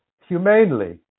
humanely